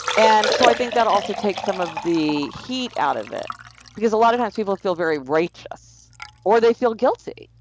and so i think that also takes some of the heat out of it because, a lot of times, people feel very righteous or they feel guilty,